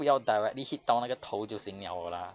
不要 directly hit 到那个头就行 liao lah